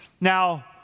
Now